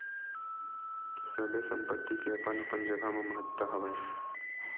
सबे संपत्ति के अपन अपन जघा म महत्ता हवय